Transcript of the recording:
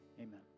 amen